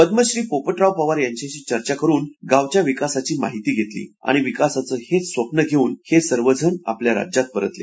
पदमश्री पोप िव पवार यांच्याशी चर्चा करून गावच्या विकासाची माहिती घेतली आणि विकासाचं हेच स्वप्न घेऊन हे सर्वजण आपल्या राज्यात परतले